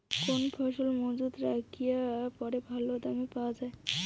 কোন ফসল মুজুত রাখিয়া পরে ভালো দাম পাওয়া যায়?